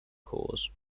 cause